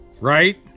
Right